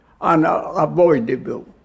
unavoidable